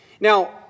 Now